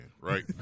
right